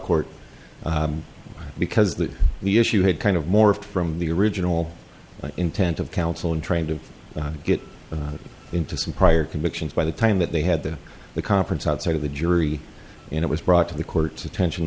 court because that the issue had kind of morphed from the original intent of counsel in trying to get into some prior convictions by the time that they had the conference outside of the jury and it was brought to the court's attention